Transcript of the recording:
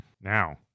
now